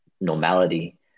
normality